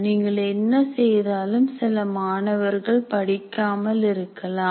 நீங்கள் என்ன செய்தாலும் சில மாணவர்கள் படிக்காமல் இருக்கலாம்